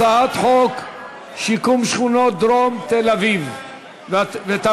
הצעת חוק שיקום שכונות דרום תל-אביב ותמריצים